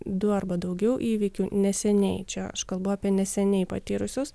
du arba daugiau įvykių neseniai čia aš kalbu apie neseniai patyrusius